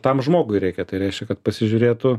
tam žmogui reikia tai reiškia kad pasižiūrėtų